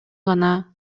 гана